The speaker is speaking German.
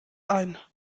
ein